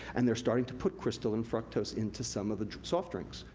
and they're starting to put crystalline fructose into some of the soft drinks.